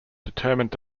determined